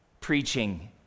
Preaching